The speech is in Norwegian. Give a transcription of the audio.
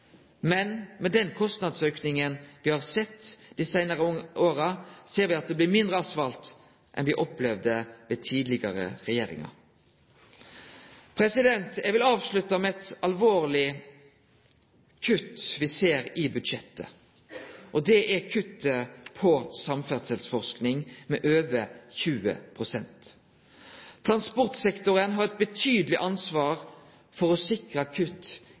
Men med den kostnadsauken me har sett dei seinare åra, ser me at det blir mindre asfalt enn me opplevde under tidlegare regjeringar. Eg vil avslutte med å vise til eit alvorleg kutt me ser i budsjettet, og det er kuttet på samferdselsforsking med over 20 pst. Transportsektoren har eit betydeleg ansvar for å sikre kutt